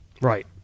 Right